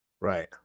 right